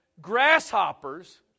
Grasshoppers